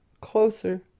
closer